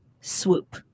swoop